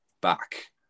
back